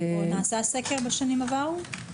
נעשה סקר בשנים עברו?